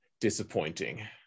disappointing